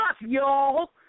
y'all